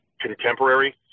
contemporary